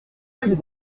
plus